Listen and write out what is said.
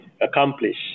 accomplish